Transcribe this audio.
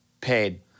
paid